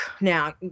Now